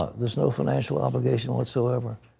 ah there is no financial obligation whatsoever.